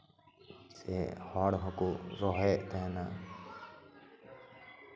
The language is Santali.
ᱥᱮ ᱦᱚᱲ ᱦᱚᱸᱠᱚ ᱨᱚᱦᱚᱭᱮᱫ ᱛᱟᱦᱮᱸᱱᱟ